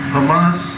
Hamas